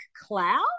cloud